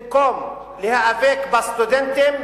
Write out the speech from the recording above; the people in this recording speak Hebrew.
במקום להיאבק בסטודנטים,